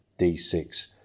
D6